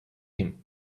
him